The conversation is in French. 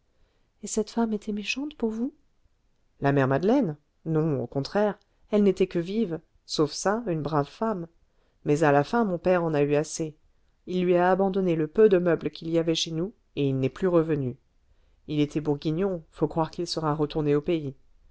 et cette femme était méchante pour vous la mère madeleine non au contraire elle n'était que vive sauf ça une brave femme mais à la fin mon père en a eu assez il lui a abandonné le peu de meubles qu'il y avait chez nous et il n'est plus revenu il était bourguignon faut croire qu'il sera retourné au pays